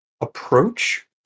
approach